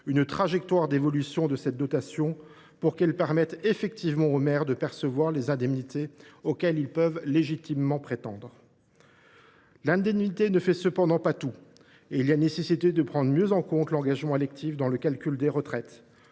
une trajectoire d’évolution de cette dotation, pour qu’elle permette aux maires de percevoir les indemnités auxquelles ils peuvent légitimement prétendre. L’indemnité ne fait cependant pas tout. Il est nécessaire de prendre mieux en compte l’engagement électif dans le calcul des retraites.